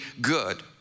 good